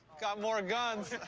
got more guns.